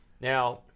Now